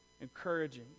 encouraging